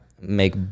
make